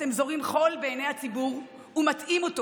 אתם זורים חול בעיני הציבור ומטעים אותו.